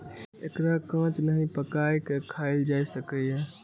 एकरा कांच नहि, पकाइये के खायल जा सकैए